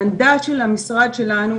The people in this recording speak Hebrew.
המנדט של המשרד שלנו,